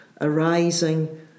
arising